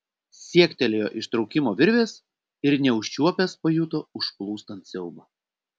siektelėjo ištraukimo virvės ir neužčiuopęs pajuto užplūstant siaubą